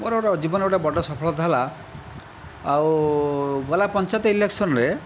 ମୋର ଗୋଟିଏ ଜୀବନରେ ଗୋଟିଏ ବଡ଼ ସଫଳତା ହେଲା ଆଉ ଗଲା ପଞ୍ଚାୟତ ଇଲେକ୍ସନରେ